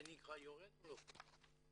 זה נקרא יורד או לא?